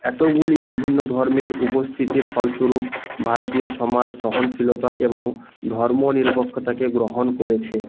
এতগুলি বিভিন্ন ধর্মের উপস্থিতির ফলস্বরূপ ভারতীয় সমাজ সহনশীলতা এবং ধর্মনিরপক্ষতাকে গ্রহণ করেছে